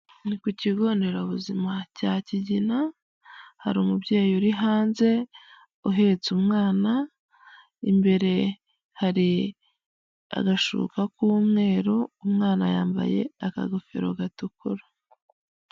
Ku kigo nderabuzima cya Kigina hari umubyeyi uri hanze uhetse umwana, imbere hari agashuka k'umweru, umwana yambaye akagofero gatukura.